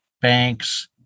banks